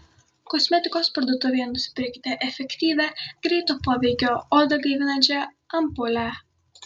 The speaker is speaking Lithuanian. kosmetikos parduotuvėje nusipirkite efektyvią greito poveikio odą gaivinančią ampulę